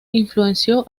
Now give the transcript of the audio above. influenció